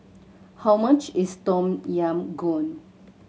how much is Tom Yam Goong